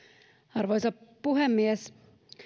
arvoisa puhemies